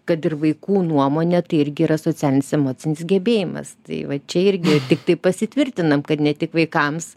kad ir vaikų nuomonę tai irgi yra socialinis emocinis gebėjimas tai va čia irgi tiktai pasitvirtinam kad ne tik vaikams